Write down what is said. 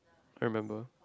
remember